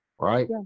Right